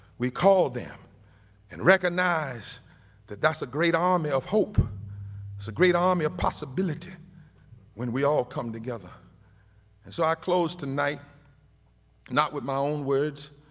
we call them and recognize that that's a great army of hope. hope. it's a great army a possibility when we all come together and so i close tonight not with my own words,